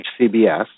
HCBS